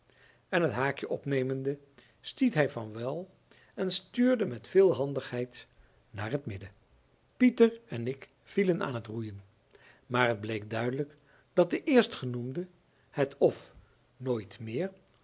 en het haakje opnemende stiet hij van wal en stuurde met veel handigheid naar het midden pieter en ik vielen aan t roeien maar het bleek duidelijk dat de eerstgenoemde het of nooit meer